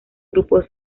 grupos